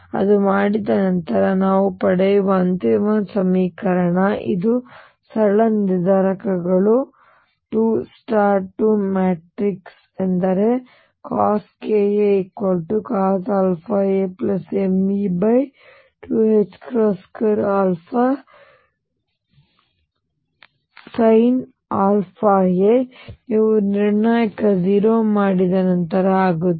ಇದನ್ನು ಮಾಡಿದ ನಂತರ ನಾವು ಪಡೆಯುವ ಅಂತಿಮ ಸಮೀಕರಣ ಮತ್ತು ಇದು ಸರಳ ನಿರ್ಧಾರಕಗಳು 2 2 ಮ್ಯಾಟ್ರಿಕ್ಸ್ ಎಂದರೆ CoskaCosαamV22Sinαa ನೀವು ನಿರ್ಣಾಯಕ 0 ಮಾಡಿದ ನಂತರ ಆಗುತ್ತದೆ